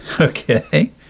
Okay